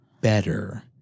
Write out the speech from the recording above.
better